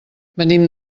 venim